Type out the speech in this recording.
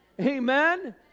Amen